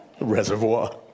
Reservoir